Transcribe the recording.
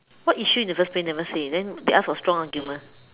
what issue in the first place never say then they ask for strong argument